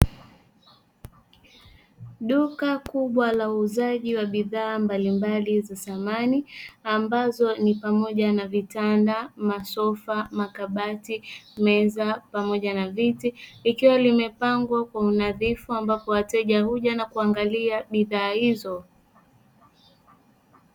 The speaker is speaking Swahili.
Duka kubwa la uuzaji wa bidhaa mbalimbali za samani ambazo ni pamoja na vitanda, masofa, makabati meza pamoja na viti, likiwa limepangwa kwa unadhifu ambapo wateja huja na kuangalia bidhaa hizo